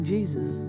Jesus